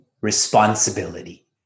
responsibility